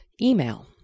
Email